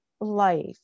life